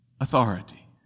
authority